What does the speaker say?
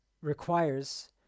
requires